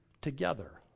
together